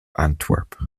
antwerp